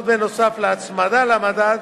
זאת בנוסף להצמדה למדד